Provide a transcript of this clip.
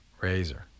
razor